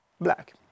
black